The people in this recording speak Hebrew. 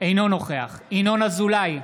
אינו נוכח ינון אזולאי,